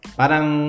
parang